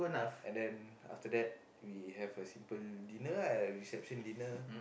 and then after that we have a simple dinner lah reception dinner